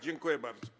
Dziękuję bardzo.